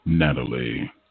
Natalie